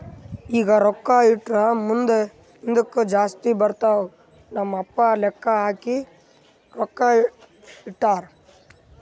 ಈಗ ರೊಕ್ಕಾ ಇಟ್ಟುರ್ ಮುಂದ್ ಇದ್ದುಕ್ ಜಾಸ್ತಿ ಬರ್ತಾವ್ ನಮ್ ಪಪ್ಪಾ ಲೆಕ್ಕಾ ಹಾಕಿ ರೊಕ್ಕಾ ಇಟ್ಟಾರ್